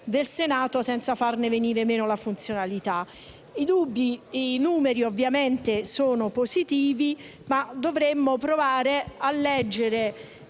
senza farne venire meno la funzionalità. I numeri ovviamente sono positivi, ma dovremmo provare a leggere